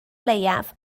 leiaf